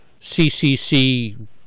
CCC